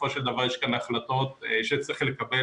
בסופו של דבר יש כאן החלטות שצריך לקבל.